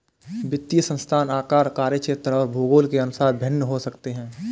वित्तीय संस्थान आकार, कार्यक्षेत्र और भूगोल के अनुसार भिन्न हो सकते हैं